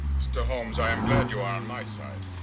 mr. holmes, i am glad you are on my side.